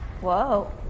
Whoa